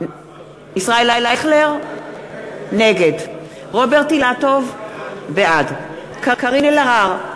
אייכלר, נגד רוברט אילטוב, בעד קארין אלהרר,